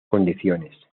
condiciones